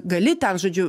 gali ten žodžiu